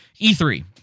E3